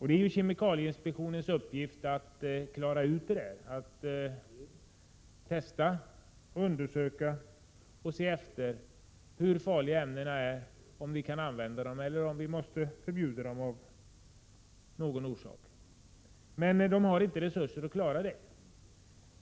Det är kemikalieinspektionens uppgift att testa och undersöka hur farliga ämnena är, om de kan användas eller om de måste förbjudas av någon orsak. Kemikalieinspektionen har emellertid inte resurser att klara detta.